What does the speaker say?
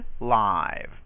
live